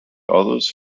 others